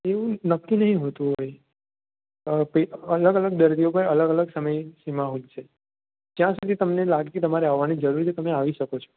એવું નક્કી નહીં હોતું હોય અલગ અલગ દર્દી ઉપર અલગ અલગ સમય સીમા હોય છે જ્યાં સુધી તમને લાગે કે તમારે આવવાની જરૂર છે તમે આવી શકો છો